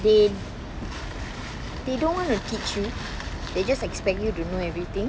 they they don't want to teach you they just expect you to know everything